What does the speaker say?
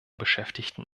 beschäftigten